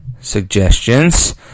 suggestions